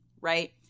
right